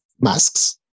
masks